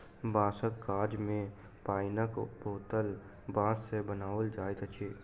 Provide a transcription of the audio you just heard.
बाँसक काज मे पाइनक बोतल बाँस सॅ बनाओल जाइत अछि